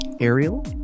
Ariel